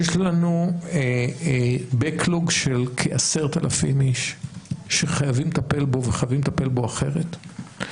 יש לנו backlog של כ-10,000 איש שחייבים לטפל בו וחייבים לטפל בו אחרת.